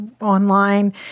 online